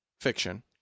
fiction